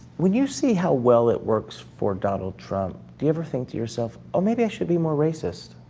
when you see how well it works for donald trump, do you ever think to yourself, oh, maybe i should be more racist?